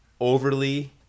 overly